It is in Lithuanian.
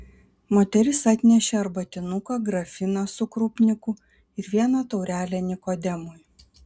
moteris atnešė arbatinuką grafiną su krupniku ir vieną taurelę nikodemui